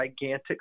gigantic